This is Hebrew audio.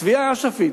התביעה האש"פית,